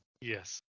Yes